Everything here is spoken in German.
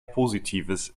positives